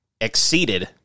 exceeded